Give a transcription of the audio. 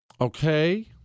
Okay